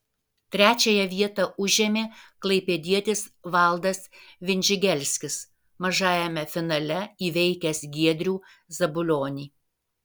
trečiąją vietą užėmė klaipėdietis valdas vindžigelskis mažajame finale įveikęs giedrių zabulionį